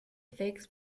figs